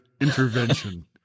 intervention